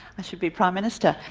i should be prime minister.